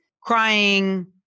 crying